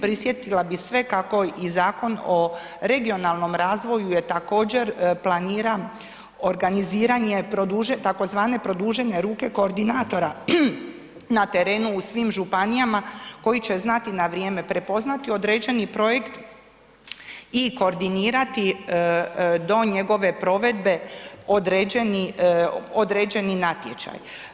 Prisjetila bi sve kako i Zakon o regionalnom razvoju je također planira organiziranje tzv. produžene ruke koordinatora na terenu u svim županijama koji će znati na vrijeme prepoznati određeni projekt i koordinirati do njegove provedbe određeni natječaj.